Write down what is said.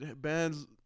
bands